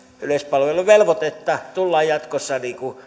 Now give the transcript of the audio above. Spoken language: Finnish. yleispalveluvelvoitetta tullaan jatkossa